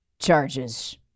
charges